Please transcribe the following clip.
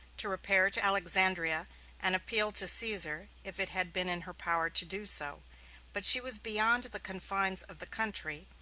to repair to alexandria and appeal to caesar, if it had been in her power to do so but she was beyond the confines of the country,